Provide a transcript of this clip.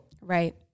right